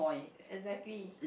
exactly